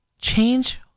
change